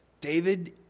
David